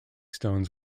stones